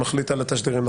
שמחליט על התשדירים,